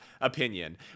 opinion